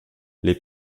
les